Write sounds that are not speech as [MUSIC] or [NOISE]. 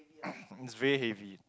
[NOISE] it's very heavy